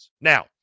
Now